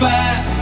Fire